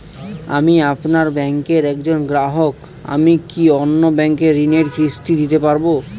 আমি আপনার ব্যাঙ্কের একজন গ্রাহক আমি কি অন্য ব্যাঙ্কে ঋণের কিস্তি দিতে পারবো?